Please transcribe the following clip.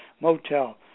motel